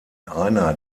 einer